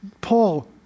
Paul